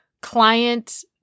client